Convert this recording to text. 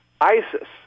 ISIS